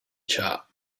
chap